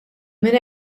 minn